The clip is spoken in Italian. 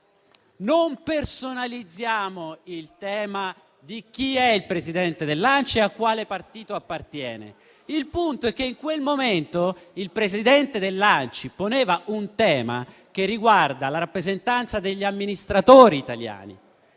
Non personalizziamo il tema di chi è il Presidente dell'ANCI e a quale partito appartiene. Il punto è che in quel momento il Presidente dell'ANCI poneva un tema che riguarda la rappresentanza degli amministratori italiani.